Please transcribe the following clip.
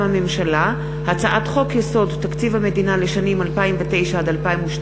מטעם הממשלה: הצעת חוק-יסוד: תקציב המדינה לשנים 2009 עד 2012